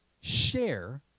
share